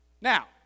Now